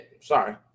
sorry